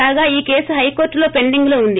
కాగా ఈ కేసు హైకోర్లులో పెండింగ్లో ఉంది